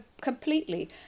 completely